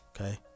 okay